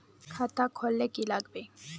खाता खोल ले की लागबे?